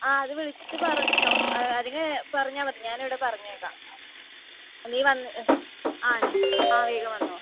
ആ അത് വിളിച്ച് പറഞ്ഞോ അല്ലെങ്കിൽ പറഞ്ഞാൽ മതി ഞാൻ ഇവിടെ പറഞ്ഞേക്കാം നീ വന്ന് ആ ഞാൻ ആ വേഗം വന്നോ